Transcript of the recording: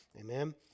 Amen